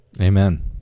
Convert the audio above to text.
Amen